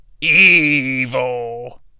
evil